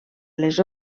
les